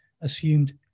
assumed